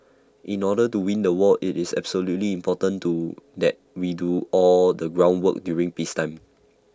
in order to win the war IT is absolutely important to that we do all the groundwork during peacetime